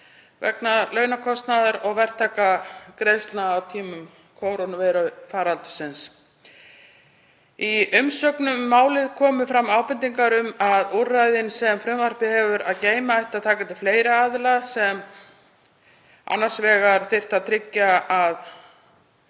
vegna launakostnaðar og verktakagreiðslna á tímum kórónuveirufaraldurs. Í umsögnum um málið komu fram ábendingar um að úrræðin sem frumvarpið hefur að geyma ættu að taka til fleiri aðila, annars vegar þyrfti að tryggja